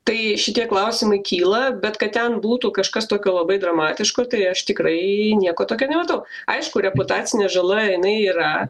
tai šitie klausimai kyla bet kad ten būtų kažkas tokio labai dramatiško tai aš tikrai nieko tokio nematau aišku reputacinė žala jinai yra